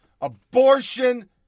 abortion